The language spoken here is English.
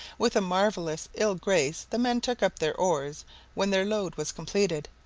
with a marvellous ill grace the men took up their oars when their load was completed,